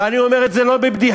ואני אומר את זה לא כבדיחה,